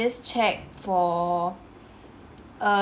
~st check for err